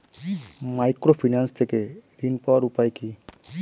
Microfinance থেকে ঋণ পাওয়ার উপায় কি?